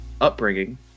upbringing